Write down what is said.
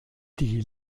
die